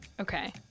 Okay